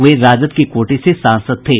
वे राजद के कोटे से सांसद थे